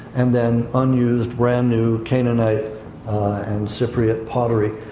and then, unused, brand-new, canaanite and cypriot pottery.